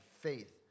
faith